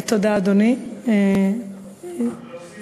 אני בכל מקרה לא לוקח לך זמן עד שהיא תגיע.